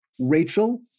Rachel